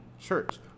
church